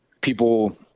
people